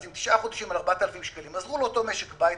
אז תשעה חודשים על 4,000 שקלים עזרו לאותו משק בית